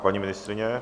Paní ministryně?